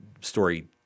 story